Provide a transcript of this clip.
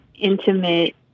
intimate